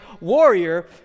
warrior